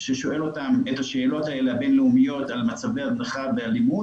ששואל אותם את השאלות האלה הבין-לאומיות על מצבי הזנחה ואלימות.